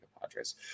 Padres